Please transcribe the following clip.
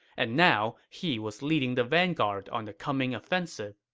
and now, he was leading the vanguard on the coming offensive.